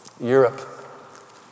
Europe